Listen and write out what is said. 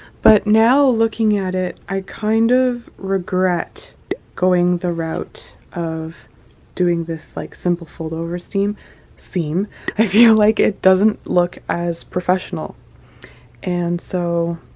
but now looking at it. i kind of regret going the route of doing this like simple fold-over steam seam. i feel like it doesn't look as professional and so